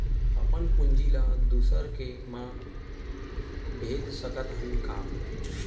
अपन पूंजी ला दुसर के मा भेज सकत हन का?